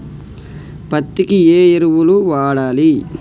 పత్తి కి ఏ ఎరువులు వాడాలి?